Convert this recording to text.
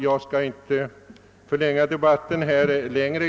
Jag skall inte förlänga debatten ytterligare.